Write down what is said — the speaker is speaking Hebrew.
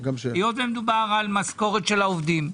היות ומדובר על משכורת של העובדים,